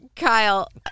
Kyle